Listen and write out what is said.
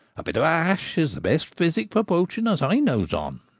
a bit of ash is the best physic for poaching as i knows on